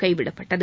கைவிடப்பட்டது